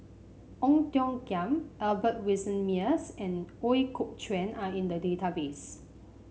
Ong Tiong Khiam Albert Winsemius and Ooi Kok Chuen are in the database